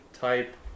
type